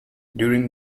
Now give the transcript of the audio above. during